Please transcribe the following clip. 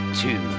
two